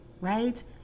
Right